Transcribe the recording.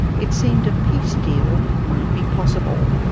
it seemed a peace deal might be possible.